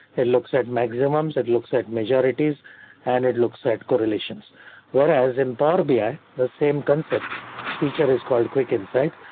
it looks at maximums. it looks at majorities and it looks at correlations whereas in power but by the same concept feature is called quick insights.